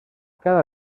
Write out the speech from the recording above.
cada